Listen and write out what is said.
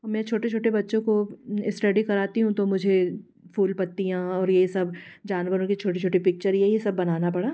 मैं छोटे छोटे बच्चों को इस्टडी कराती हूँ तो मुझे फूल पत्तियाँ और ये सब जानवरों की छोटी छोटी पिक्चर यही सब बनाना पड़ा